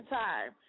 time